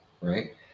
Right